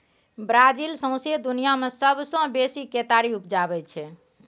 Brazil सौंसे दुनियाँ मे सबसँ बेसी केतारी उपजाबै छै